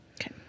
Okay